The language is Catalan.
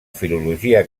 filologia